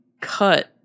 cut